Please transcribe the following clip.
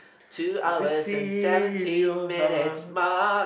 two hours and seventeen minutes mark